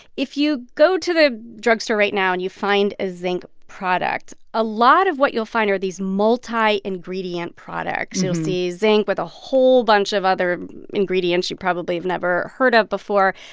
if you go to the drugstore right now and you find a zinc product, a lot of what you'll find are these multi-ingredient products. you'll see zinc with a whole bunch of other ingredients you probably have never heard of before.